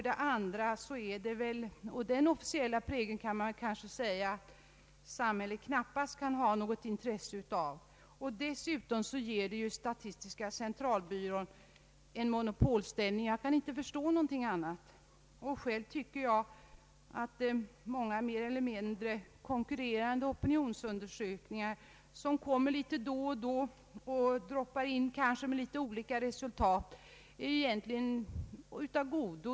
En sådan officiell prägel torde samhället knappast ha något intresse av. Dessutom skulle väl ett sådant förfarande ge statistiska centralbyrån en monopolställning. Själv tycker jag att många mer eller mindre konkurrerande opinionsundersökningar som kommer litet då och då och med litet olika resultat egentligen är av godo.